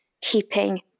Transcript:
keeping